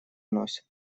носит